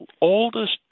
oldest